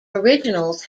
originals